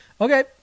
Okay